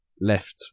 left